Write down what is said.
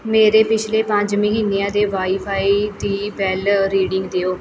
ਮੇਰੇ ਪਿਛਲੇ ਪੰਜ ਮਹੀਨਿਆਂ ਦੇ ਵਾਈ ਫਾਈ ਦੀ ਬਿਲ ਰੀਡਿੰਗ ਦਿਓ